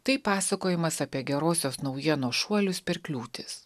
tai pasakojimas apie gerosios naujienos šuolius per kliūtis